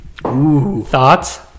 Thoughts